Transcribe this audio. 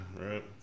right